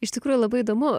iš tikrųjų labai įdomu